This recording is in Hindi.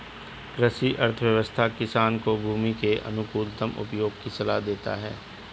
कृषि अर्थशास्त्र किसान को भूमि के अनुकूलतम उपयोग की सलाह देता है